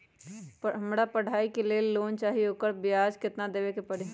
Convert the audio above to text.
हमरा पढ़ाई के लेल लोन चाहि, ओकर ब्याज केतना दबे के परी?